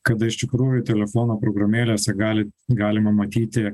kada iš tikrųjų telefono programėlėse gali galima matyti